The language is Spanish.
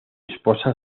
esposa